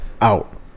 out